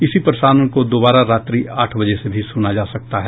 इसी प्रसारण को दोबारा रात्रि आठ बजे से भी सुना जा सकता है